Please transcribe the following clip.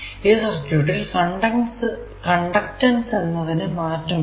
ഈ സർക്യൂട്ടിൽ കണ്ടക്ടൻസ് എന്നതിന് മാറ്റമില്ല